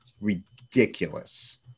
ridiculous